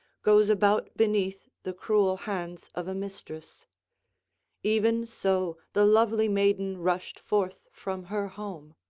goes about beneath the cruel hands of a mistress even so the lovely maiden rushed forth from her home.